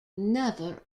never